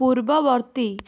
ପୂର୍ବବର୍ତ୍ତୀ